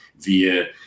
via